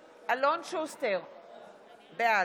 10.7% מכל האוכלוסייה הבוגרת בישראל.